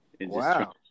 Wow